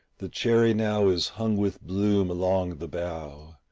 the cherry now is hung with bloom along the bough,